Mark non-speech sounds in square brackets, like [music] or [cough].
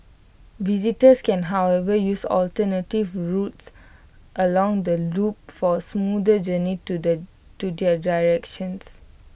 visitors can however use alternative routes along the loop for A smoother journey to the to their [unintelligible]